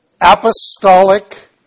apostolic